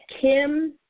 Kim